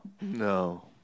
No